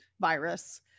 virus